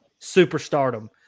superstardom